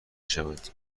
شوند